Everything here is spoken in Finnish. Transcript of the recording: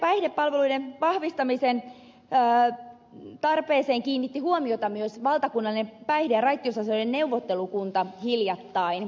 päihdepalveluiden vahvistamisen tarpeeseen kiinnitti huomiota myös valtakunnallinen päihde ja raittiusasioiden neuvottelukunta hiljattain